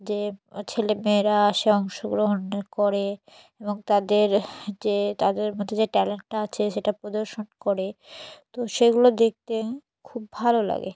যে ছেলেমেয়েরা এসে অংশগ্রহণ করে এবং তাদের যে তাদের মধ্যে যে ট্যালেন্টটা আছে সেটা প্রদর্শন করে তো সেগুলো দেখতে খুব ভালো লাগে